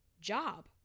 job